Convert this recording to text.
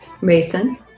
Mason